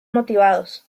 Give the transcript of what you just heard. motivados